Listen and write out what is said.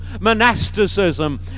monasticism